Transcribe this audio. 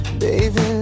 baby